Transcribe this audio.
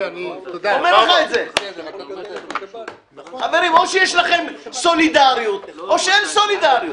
חברים, או שיש לכם סולידריות או שאין סולידריות.